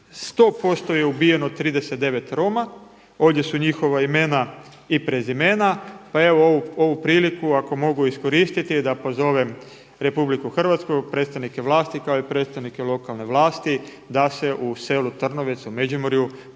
100% je ubijeno 39 Roma, ovdje su njihova imena i prezimena pa evo ovu priliku ako mogu iskoristiti da pozovem RH, predstavnike vlasti kao i predstavnike lokalne vlasti da se u selu Trnovec, u Međimurju postavi